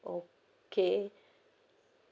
okay